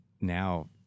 now